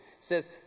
says